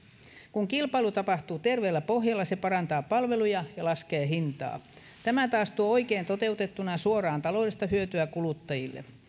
kun kilpailu tapahtuu terveellä pohjalla se parantaa palveluja ja laskee hintaa tämä taas tuo oikein toteutettuna suoraan taloudellista hyötyä kuluttajille